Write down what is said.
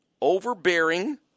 overbearing